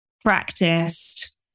practiced